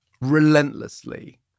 relentlessly